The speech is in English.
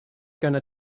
gonna